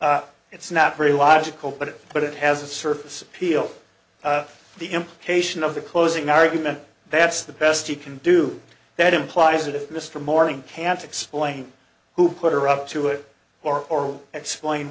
it's not very logical but it but it has a surface appeal the implication of the closing argument that's the best you can do that implies that if mr morning can't explain who put her up to it or explain